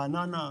רעננה,